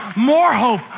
more hope,